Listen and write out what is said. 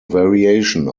variation